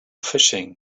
fishing